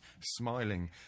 smiling